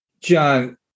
John